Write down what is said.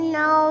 no